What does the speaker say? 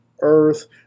earth